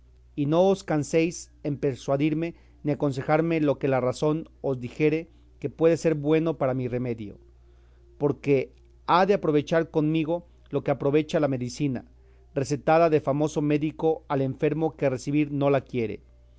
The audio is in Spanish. y no os canséis en persuadirme ni aconsejarme lo que la razón os dijere que puede ser bueno para mi remedio porque ha de aprovechar conmigo lo que aprovecha la medicina recetada de famoso médico al enfermo que recebir no la quiere